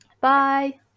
Bye